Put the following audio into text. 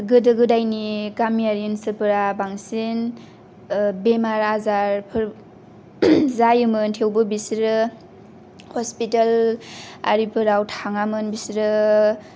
गोदो गोदायनि गामियारि ओनसोलफोरा बांसिन बेमार आजारफोर जायोमोन थेवबो बिसोरो हस्पिताल आरिफोराव थाङामोन बिसोरो